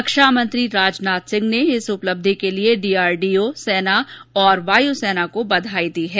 रक्षामंत्री राजनाथ सिंह ने इस उपलब्धि के लिए डीआरडीओ सेना और वायु सेना को बधाई दी है